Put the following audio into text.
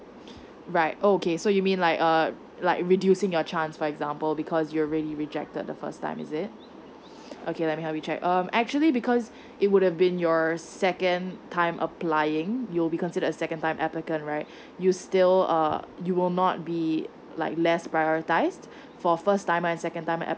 right okay so you mean like uh like reducing your chance for example because you already rejected the first time is it okay let me help you check um actually because it would have been your second time applying you'll be considered as second time applicant right you still uh you will not be like less prioritise for first time and second time